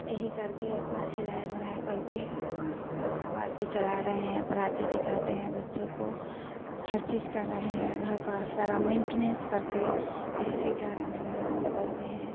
यही करके अपनी सिलाई बुनाई करके अपने घर परिवार को चला रहे हैं पढ़ाते लिखाते हैं बच्चों को हर चीज़ कर रहे हैं घर का सारा मेंटनेन्स करके इसी कारण हम लोग निकलते हैं